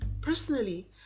personally